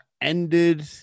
ended